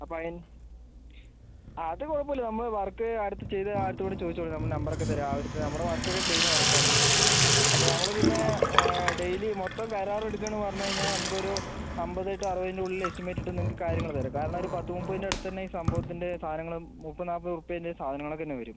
അപ്പം അതിന് അത് കുഴപ്പം ഇല്ല നമ്മൾ വർക്ക് അടുത്ത് ചെയ്ത ഒരിടത്ത് വേണമെങ്കിലും ചോദിച്ച് നോക്ക് നമ്മൾ നമ്പർ ഒക്കെ തരാം അവരടുത്ത് നമ്മൾ വർക്ക് ഒക്കെ ക്ലീൻ വർക്ക് ആണ് അപ്പം നമ്മൾ പിന്നെ ഡെയിലി മൊത്തം കരാറും എടുക്കാന്ന് പറഞ്ഞ് കഴിഞ്ഞാൽ നമുക്ക് ഒരു അൻപത്തെട്ട് അറുപതിൻ്റെ ഉള്ളിൽ എസ്റ്റിമേറ്റ് ഇട്ട് നിങ്ങൾക്ക് കാര്യങ്ങൾ തരാം കാരണം ഒരു പത്ത് മുപ്പതിൻ്റെ അടിത്തന്നെ ഈ സംഭവത്തിൻ്റെ സാധങ്ങളും മുപ്പത് നാൽപ്പത് റുപ്യേൻ്റെ സാധങ്ങൾ ഒക്കെന്നെ വരും